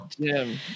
Jim